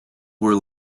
were